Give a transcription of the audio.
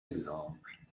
exemple